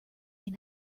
can